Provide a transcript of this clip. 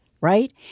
right